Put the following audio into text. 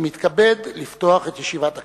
אני מתכבד לפתוח את ישיבת הכנסת.